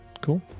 Cool